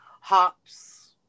hops